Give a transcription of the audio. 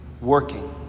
working